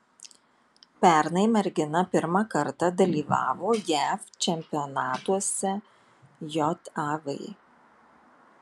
pernai mergina pirmą kartą dalyvavo jav čempionatuose jav